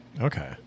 Okay